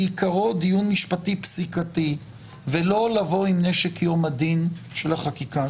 בעיקרו דיון משפטי פסיקתי ולא לבוא עם נשק יום הדין של החקיקה.